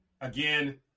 Again